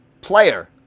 player